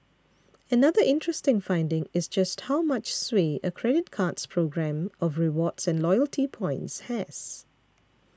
another interesting finding is just how much sway a credit card's programme of rewards and loyalty points has